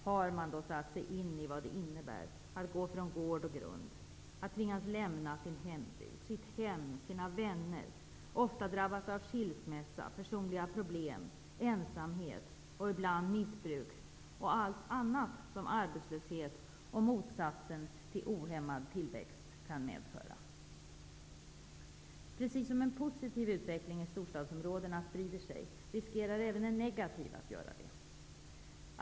Har man då satt sig in i vad det innebär att gå från gård och grund, att tvingas lämna sin hembygd, sitt hem, sina vänner, ofta drabbas av skilsmässa och personliga problem, ensamhet och ibland missbruk och allt annat som arbetslöshet och motsatsen till ohämmad tillväxt kan medföra? Precis som en positiv utveckling i storstadsområdena sprider sig, riskerar även en negativ att göra det.